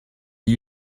you